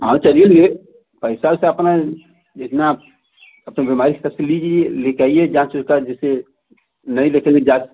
हाँ चलिए धीरे पैसा वईसा अपना जितना अपना नुमाइश कर के लीजिए लेके आइए जाँच का जैसे नहीं ले के जाँच